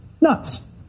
nuts